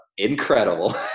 incredible